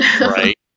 right